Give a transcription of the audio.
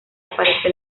aparece